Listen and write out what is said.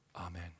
amen